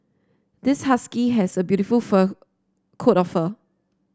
this husky has a beautiful fur coat of fur